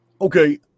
Okay